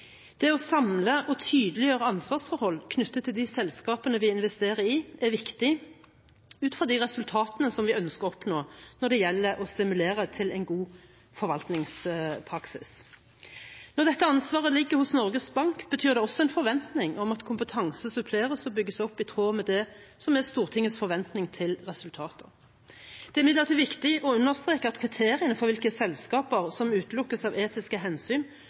Det å samle og tydeliggjøre ansvarsforhold knyttet til de selskapene vi investerer i, er viktig ut fra de resultatene som vi ønsker å oppnå når det gjelder å stimulere til en god forvaltningspraksis. Når dette ansvaret ligger hos Norges Bank, betyr det også en forventning om at kompetanse suppleres og bygges opp i tråd med det som er Stortingets forventning til resultater. Det er imidlertid viktig å understreke at kriteriene for hvilke selskaper som utelukkes av etiske hensyn,